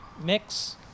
mix